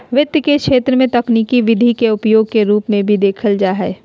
वित्त के क्षेत्र में तकनीकी विधि के उपयोग के रूप में भी देखल जा हइ